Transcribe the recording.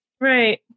Right